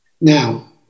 Now